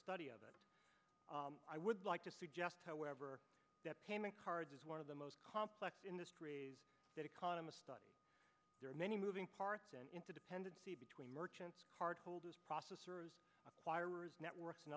study of it i would like to suggest however that payment card is one of the most complex in this is that economists study there are many moving parts and into dependency between merchants card holders processors networks and